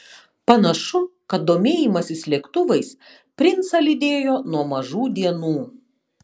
panašu kad domėjimasis lėktuvais princą lydėjo nuo mažų dienų